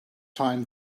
time